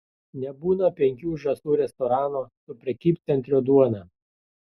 nebūna penkių žąsų restorano su prekybcentrio duona